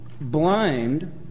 blind